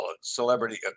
Celebrity